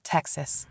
Texas